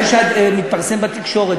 איפה שמתפרסם בתקשורת,